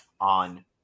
on